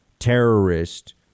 terrorist